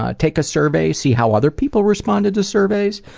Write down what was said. ah take a survey, see how other people responded to surveys,